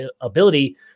ability